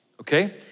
Okay